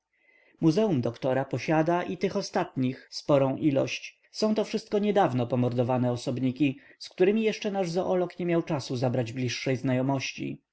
muzeum doktora posiada i tych ostatnich sporą ilość a są to wszystko niedawno pomordowane osobniki z któremi jeszcze nasz zoolog nie miał czasu zabrać bliższej znajomości